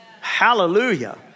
Hallelujah